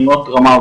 היא מאוד טראומתית,